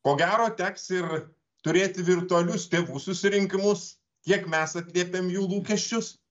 ko gero teks ir turėti virtualius tėvų susirinkimus kiek mes atliepiam jų lūkesčius